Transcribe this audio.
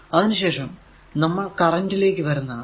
അതിനു ശേഷം നമ്മൾ കറന്റ് ലേക്ക് വരുന്നതാണ്